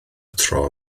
tro